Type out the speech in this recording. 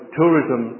tourism